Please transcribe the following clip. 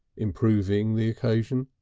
improving the occasion.